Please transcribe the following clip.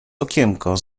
okienko